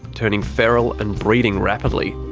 turning feral, and breeding rapidly.